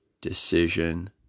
decision